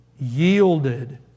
yielded